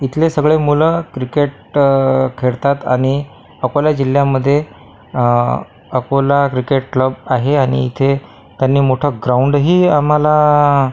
इथले सगळे मुलं क्रिकेट खेळतात आणि अकोला जिल्ह्यामध्ये अकोला क्रिकेट क्लब आहे आणि इथे त्यांनी मोठं ग्राउंडही आम्हाला